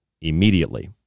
immediately